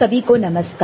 सभी को नमस्कार